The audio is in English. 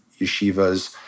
yeshivas